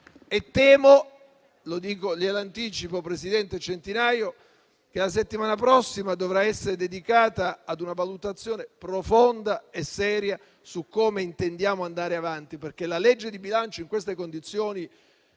e temo - lo anticipo, presidente Centinaio - che la settimana prossima dovrà essere dedicata ad una valutazione profonda e seria su come intendiamo andare avanti. La legge di bilancio infatti in queste condizioni